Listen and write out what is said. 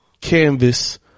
canvas